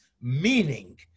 Meaning